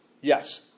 Yes